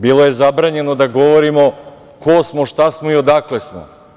Bilo je zabranjeno da govorimo ko smo, šta smo i odakle smo.